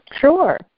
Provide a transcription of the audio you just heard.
Sure